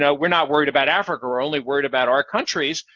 yeah we're not worried about africa, we're only worried about our countries,